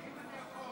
האם אתה יכול,